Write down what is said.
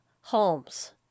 Holmes